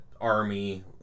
army